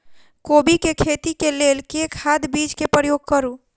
कोबी केँ खेती केँ लेल केँ खाद, बीज केँ प्रयोग करू?